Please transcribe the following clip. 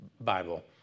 Bible